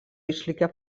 išlikę